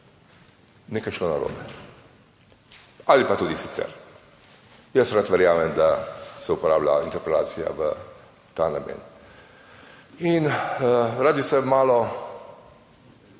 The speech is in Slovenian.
nekaj šlo narobe, ali pa tudi sicer. Jaz rad verjamem, da se uporablja interpelacija v ta namen in rad bi se malo